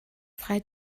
frei